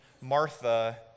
Martha